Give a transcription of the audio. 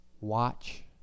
Watch